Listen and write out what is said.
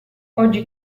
oggi